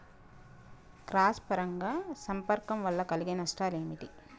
Cross పరాగ సంపర్కం వల్ల కలిగే నష్టాలు ఏమిటి?